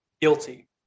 guilty